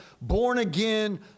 born-again